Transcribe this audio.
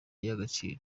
y’agaciro